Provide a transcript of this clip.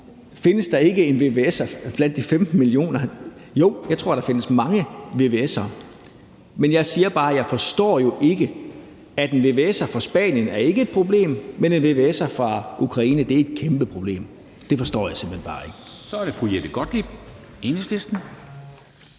findes der ikke en vvs'er blandt de 15 millioner? Jo, jeg tror, der findes mange vvs'ere. Men jeg siger bare, at jeg jo ikke forstår, at en vvs'er fra Spanien ikke er et problem, men at en vvs'er fra Ukraine er et kæmpeproblem – det forstår jeg simpelt hen bare ikke. Kl. 16:16 Formanden